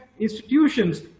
institutions